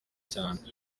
cyane